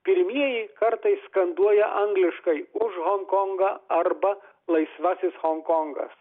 pirmieji kartai skanduoja angliškai už honkongą arba laisvasis honkongas